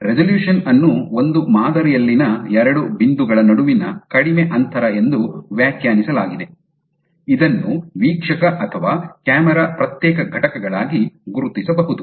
resolution ಅನ್ನು ಒಂದು ಮಾದರಿಯಲ್ಲಿನ ಎರಡು ಬಿಂದುಗಳ ನಡುವಿನ ಕಡಿಮೆ ಅಂತರ ಎಂದು ವ್ಯಾಖ್ಯಾನಿಸಲಾಗಿದೆ ಇದನ್ನು ವೀಕ್ಷಕ ಅಥವಾ ಕ್ಯಾಮೆರಾ ಪ್ರತ್ಯೇಕ ಘಟಕಗಳಾಗಿ ಗುರುತಿಸಬಹುದು